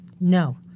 No